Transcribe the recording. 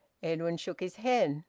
edwin shook his head.